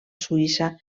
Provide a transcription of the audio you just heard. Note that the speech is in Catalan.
suïssa